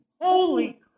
Holy